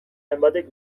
hainbatek